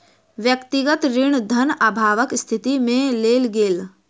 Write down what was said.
व्यक्तिगत ऋण धन अभावक स्थिति में लेल गेल